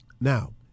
Now